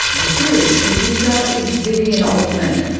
the series producer is vivien altman,